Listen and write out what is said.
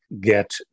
get